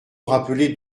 rappeler